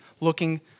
looking